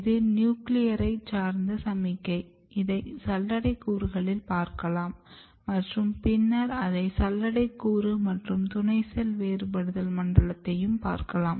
இது நியூக்ளியரைச் சார்ந்த சமிக்ஞை இதை சல்லடை கூறுகளில் பார்க்கலாம் மற்றும் பின்னர் அதை சல்லடை கூறு மற்றும் துணை செல் வேறுபடுதல் மண்டலத்திலையும் பார்க்கலாம்